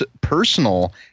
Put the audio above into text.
personal